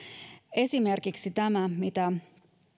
esimerkiksi tämä mitä